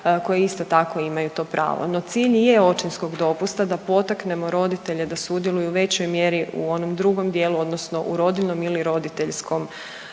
koje isto tako imaju to pravo. No cilj i je očinskog dopusta da potaknemo roditelje da sudjeluju u većoj mjeri u onom drugom dijelu odnosno u rodiljnom ili roditeljskom